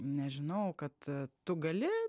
nežinau kad tu gali